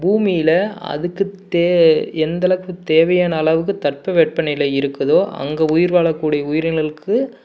பூமியில் அதுக்கு தே எந்தளவுக்கு தேவையான அளவுக்கு தட்பவெட்பநிலை இருக்குதோ அங்கே உயிர் வாழக்கூடிய உயிரினங்களுக்கு